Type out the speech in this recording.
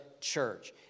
church